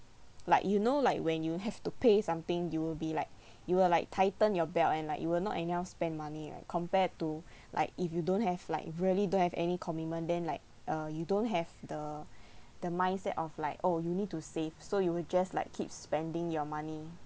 like you know like when you have to pay something you will be like you will like tighten your belt and like you will not anyhow spend money right compared to like if you don't have like really don't have any commitment then like uh you don't have the the mindset of like oh you need to save so you will just like keep spending your money